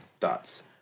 thoughts